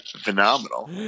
phenomenal